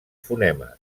fonemes